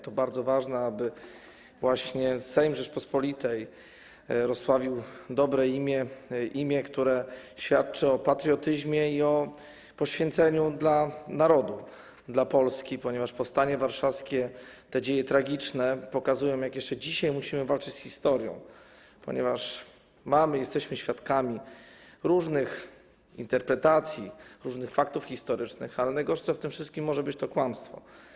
To bardzo ważne, aby właśnie Sejm Rzeczypospolitej Polskiej rozsławił dobre imię, które świadczy o patriotyzmie i poświęceniu dla narodu, dla Polski, ponieważ powstanie warszawskie, te tragiczne dzieje pokazują, jak jeszcze dzisiaj musimy walczyć z historią, ponieważ jesteśmy świadkami różnych interpretacji różnych faktów historycznych, ale najgorsze w tym wszystkim może być kłamstwo.